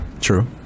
True